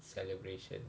celebration